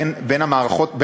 בין המערכות,